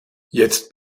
jetzt